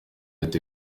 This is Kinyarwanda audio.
ati